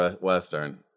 Western